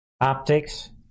Optics